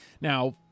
Now